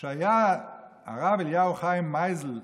על הרב אליהו חיים מייזל,